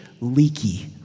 Leaky